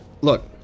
look